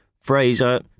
Fraser